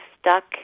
stuck